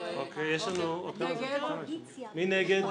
מי בעד, מי נגד?